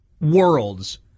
worlds